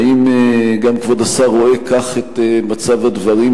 האם גם כבוד השר רואה כך את מצב הדברים,